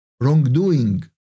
wrongdoing